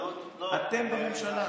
אתם בממשלה.